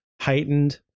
heightened